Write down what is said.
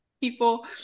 people